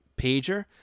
pager